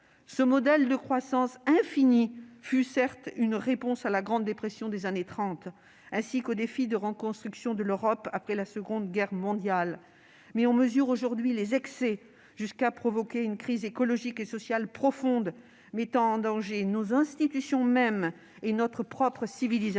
Ce modèle de croissance infinie fut certes une réponse à la Grande Dépression des années 1930, ainsi qu'au défi de reconstruction de l'Europe après la Seconde Guerre mondiale. Mais on en mesure aujourd'hui les excès, qui vont jusqu'à provoquer une crise écologique et sociale profonde mettant en danger nos institutions mêmes et notre propre civilisation.